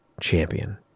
champion